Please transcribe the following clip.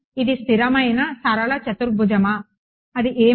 ఇది స్థిరమైన సరళ చతుర్భుజమా అది ఏమిటి